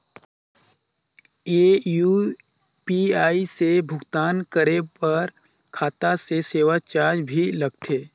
ये यू.पी.आई से भुगतान करे पर खाता से सेवा चार्ज भी लगथे?